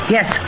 Yes